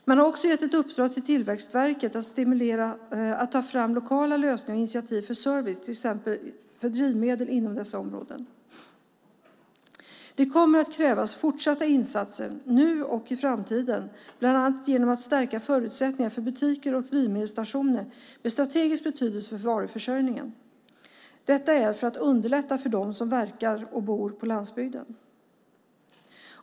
Man har också gett ett uppdrag till Tillväxtverket att ta fram lokala lösningar och initiativ för service, till exempel för drivmedel, inom dessa områden. Det här kommer att kräva fortsatta insatser nu och i framtiden, bland annat genom att stärka förutsättningarna för butiker och drivmedelsstationer med strategisk betydelse för varuförsörjningen. Detta behövs för att underlätta för dem som verkar och bor på landsbygden.